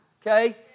okay